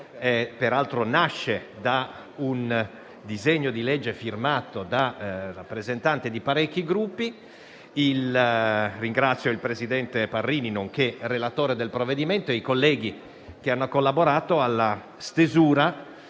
peraltro, nasce da un disegno di legge firmato da rappresentanti di parecchi Gruppi. Ringrazio il presidente Parrini, relatore del provvedimento, e i colleghi che hanno collaborato alla stesura